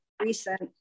recent